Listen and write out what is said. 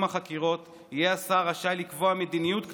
החקירות יהיה השר רשאי לקבוע מדיניות כללית,